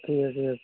ঠিক আছে